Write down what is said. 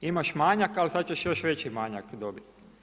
Imaš manjak, ali sada češ još veći manjak dobiti.